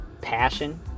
passion